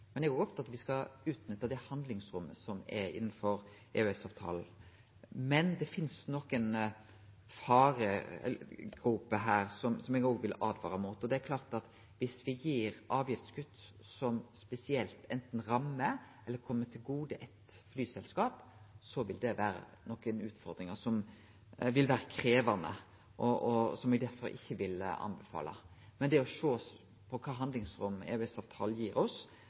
men eg er òg opptatt av at vi skal utnytte det handlingsrommet som er innan EØS-avtalen. Men det finst nokre faregroper her som eg vil åtvare mot, og det er klart at viss vi gir avgiftskutt som spesielt enten rammer eller kjem eitt flyselskap til gode, så vil det gi nokre utfordringar som vil vere krevjande, og som eg derfor ikkje vil anbefale. Men å sjå på kva handlingsrom EØS-avtalen gir oss,